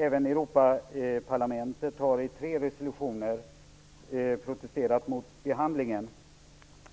Även Europaparlamentet har i tre resolutioner protesterat mot behandlingen,